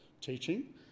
teaching